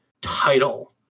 title